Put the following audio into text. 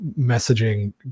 messaging